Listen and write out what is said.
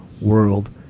World